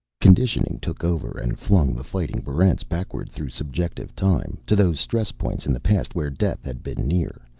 conditioning took over and flung the fighting barrents backward through subjective time, to those stress points in the past where death had been near,